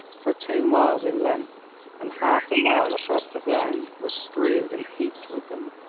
for two miles in length and half a mile across the ground was strewed and heaped with them.